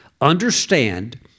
Understand